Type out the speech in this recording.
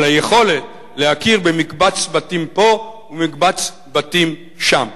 היכולת להכיר במקבץ בתים פה ומקבץ בתים שם.